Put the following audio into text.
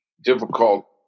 difficult